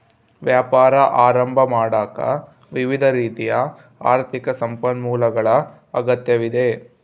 ವ್ಯಾಪಾರ ಆರಂಭ ಮಾಡಾಕ ವಿವಿಧ ರೀತಿಯ ಆರ್ಥಿಕ ಸಂಪನ್ಮೂಲಗಳ ಅಗತ್ಯವಿದೆ